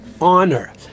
honor